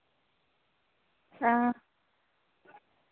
हां